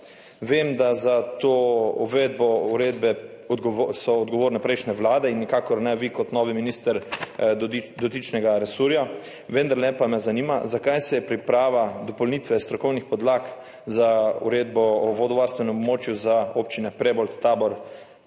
Vem, da so za to uvedbo uredbe odgovorne prejšnje vlade in nikakor ne vi kot novi minister dotičnega resorja. Vendarle pa me zanima: Zakaj se je priprava dopolnitve strokovnih podlag za uredbo o vodovarstvenem območju za občine Prebold, Tabor